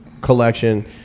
collection